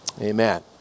Amen